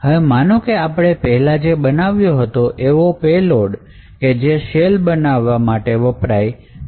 હવે માનો કે આપણે પહેલાં જે બનાવ્યો હતો એવો પેલોડ કે જે સેલ બનાવે એ જોઈએ છે